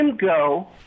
go